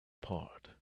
part